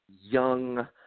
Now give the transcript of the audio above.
young